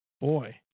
boy